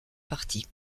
partie